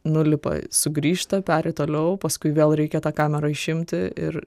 nulipa sugrįžta peri toliau paskui vėl reikia tą kamerą išimti ir